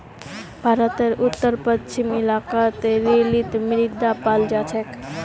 भारतेर उत्तर पश्चिम इलाकात रेतीली मृदा पाल जा छेक